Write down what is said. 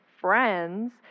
Friends